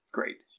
Great